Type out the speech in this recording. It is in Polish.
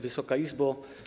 Wysoka Izbo!